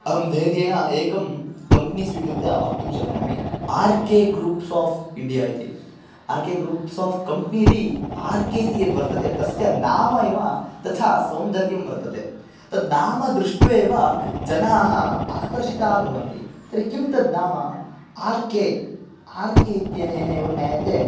अहं धैर्येण एकं कम्पनी स्वीकृत्य वक्तुं शक्नोमि R K groups of India इति R K groups of company इति आर् के इति यद्वर्तते तस्य नाम एव तथा सौन्दर्यं वर्तते तद् नाम दृष्ट्वैव जनाः आकर्षिता भवन्ति तर्हि किं तद् नाम आर् के आर् के इत्यनेन एव ज्ञायते